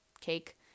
cake